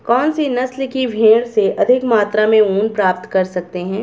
कौनसी नस्ल की भेड़ से अधिक मात्रा में ऊन प्राप्त कर सकते हैं?